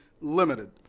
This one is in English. limited